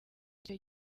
icyo